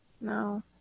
no